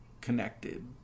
connected